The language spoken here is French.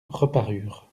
reparurent